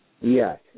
Yes